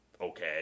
okay